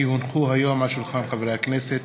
כי הונחו היום על שולחן הכנסת,